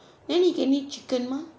then he can eat chicken mah